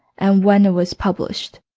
and when it was published.